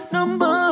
Number